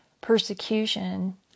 persecution